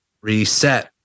reset